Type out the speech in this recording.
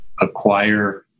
acquire